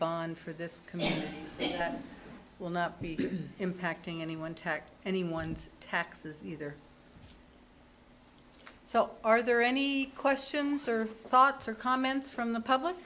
community that will not be impacting anyone tech anyone's taxes either so are there any questions or thoughts or comments from the public